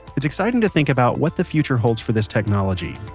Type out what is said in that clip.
it's exciting to think about what the future holds for this technology.